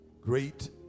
great